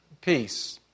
Peace